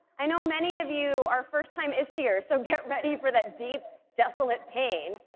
i know many of you are first time isteers so get ready for that deep, desolate pain,